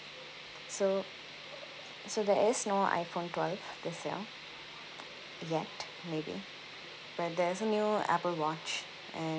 so so there is no iphone twelve this year yet maybe but there's a new apple watch and